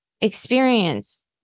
experience